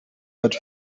but